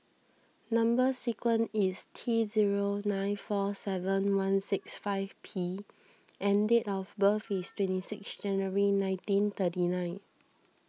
Number Sequence is T zero nine four seven one six five P and date of birth is twenty six January nineteen thirty nine